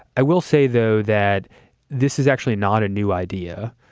i will say, though, that this is actually not a new idea.